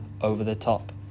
over-the-top